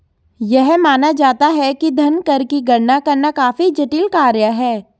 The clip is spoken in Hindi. यह माना जाता है कि धन कर की गणना करना काफी जटिल कार्य है